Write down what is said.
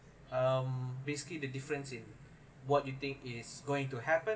um basically the difference in what you think is going to happen